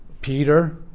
Peter